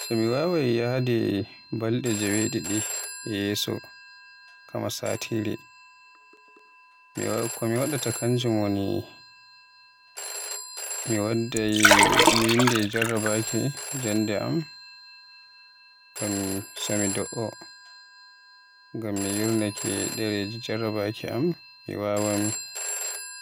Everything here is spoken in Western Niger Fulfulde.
So ni mi wawai yahde balde jewedidi e yeso kama satire, ko mi wadaata kanjum woni, mi windday jarrabaki jannde am, ngam so mi do'o. Ngam so mi yurnaake dereji jarrabaki am, mi wawan